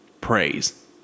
praise